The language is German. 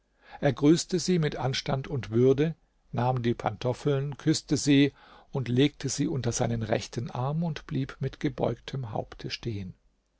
er grüßte sie mit anstand und würde nahm die pantoffeln küßte sie und legte sie unter seinen rechten arm und blieb mit gebeugtem